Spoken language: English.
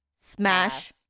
Smash